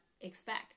expect